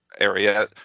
area